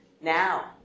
Now